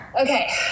Okay